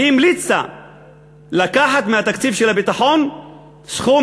והיא המליצה לקחת מהתקציב של הביטחון סכום